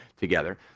together